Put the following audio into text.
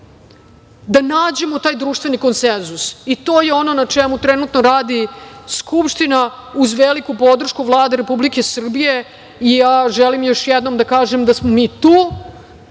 da nađemo taj društveni konsenzus i to je ono na čemu trenutno radi Skupština uz veliku podršku Vlade Republike Srbije, i ja želim još jednom da kažem da smo mi tu